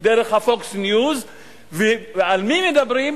דרך ,Fox Newsועל מה מדברים?